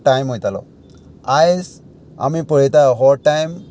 time वयतालो आयज आमी पळयता हो टायम